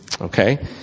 okay